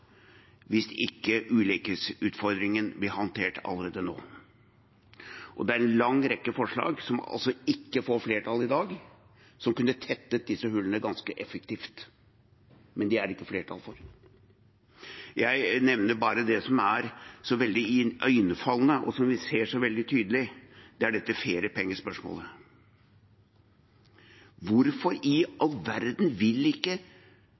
hvis ikke ulikhetsutfordringen blir håndtert allerede nå. Det er en lang rekke forslag som altså ikke får flertall i dag, som kunne tettet disse hullene ganske effektivt. Men det er det ikke flertall for. Jeg nevner bare det som er veldig iøynefallende, og som vi ser så veldig tydelig, og det er dette feriepengespørsmålet. Hvorfor i all verden vil ikke